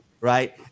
right